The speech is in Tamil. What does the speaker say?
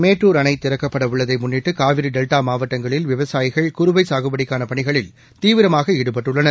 மேட்டூர் அணைதிறக்கப்படஉள்ளதைமுன்னிட்டுகாவிரிடெல்டாமாவட்டங்களில் விவசாயிகள் குறுவைசாகுபடிக்கானபணிகளில் தீவிரமாகஈடுபட்டுள்ளனர்